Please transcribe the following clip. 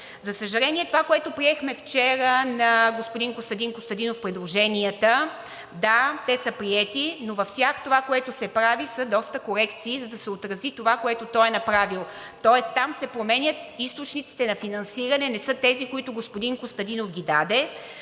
За съжаление, това, което приехме вчера – на Костадин Костадинов предложенията – да, те са приети, но в тях това, което се прави, са доста корекции, за да се отрази това, което той е направил. Тоест там се променят – източниците на финансиране не са тези, които господин Костадинов ги даде,